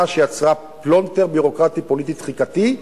שיצרה פלונטר ביורוקרטי פוליטי תחיקתי,